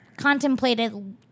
Contemplated